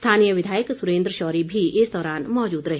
स्थानीय विधायक सुरेन्द्र शौरी भी इस दौरान मौजूद रहे